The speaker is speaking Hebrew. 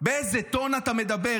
באיזה טון אתה מדבר.